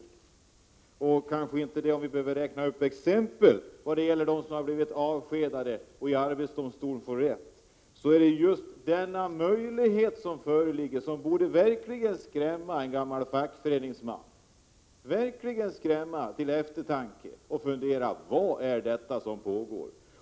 Vi behöver kanske inte heller räkna upp exempel på människor som blivit avskedade och fått rätt i arbetsdomstolen, utan det är just den möjlighet som föreligger som verkligen borde skrämma en gammal fackföreningsman till eftertanke, så att han funderar över vad det är som pågår.